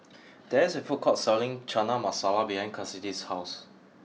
there is a food court selling Chana Masala behind Kassidy's house